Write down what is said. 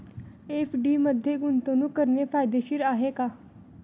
FD मध्ये गुंतवणूक करणे फायदेशीर आहे का?